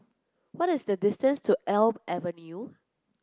what is the distance to Elm Avenue